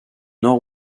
nord